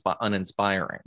uninspiring